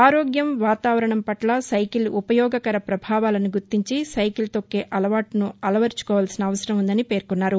ఆరోగ్యం వాతావరణం పట్ల సైకిల్ ఉపయోగకర ప్రభావాలను గుర్తించి సైకిల్ తొక్కే అలవాటును అలవరచుకోవలసిన అవసరం ఉందని పేర్కొన్నారు